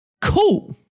cool